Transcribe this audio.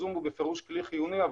הזום בפירוש כלי חיוני,